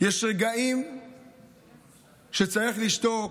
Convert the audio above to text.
יש רגעים שצריך לשתוק,